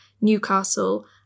Newcastle